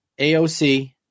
AOC